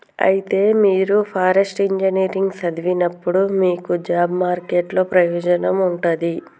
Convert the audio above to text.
అయితే మీరు forest engineering సదివినప్పుడు మీకు జాబ్ మార్కెట్ లో ప్రయోజనం ఉంటది